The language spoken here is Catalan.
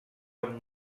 amb